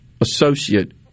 associate